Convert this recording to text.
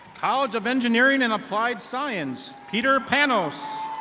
college of engineering and applied science. peter pannos.